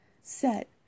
set